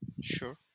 Sure